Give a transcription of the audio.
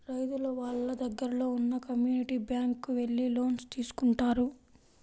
రైతులు వాళ్ళ దగ్గరలో ఉన్న కమ్యూనిటీ బ్యాంక్ కు వెళ్లి లోన్స్ తీసుకుంటారు